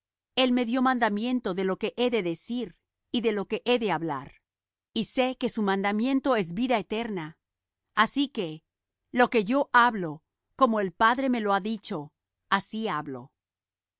me dió mandamiento de lo que he de decir y de lo que he de hablar y sé que su mandamiento es vida eterna así que lo que yo hablo como el padre me lo ha dicho así hablo